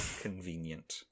convenient